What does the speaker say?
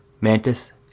Mantis